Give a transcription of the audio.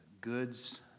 goods